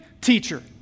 teacher